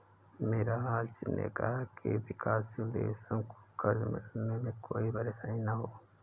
मिराज ने कहा कि विकासशील देशों को कर्ज मिलने में कोई परेशानी न हो